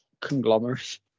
conglomerate